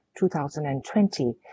2020